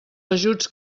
ajuts